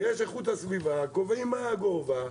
יש איכות הסביבה קובעים מה הגובה,